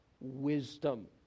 wisdom